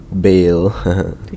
Bail